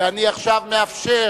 ואני עכשיו מאפשר